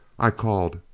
i called,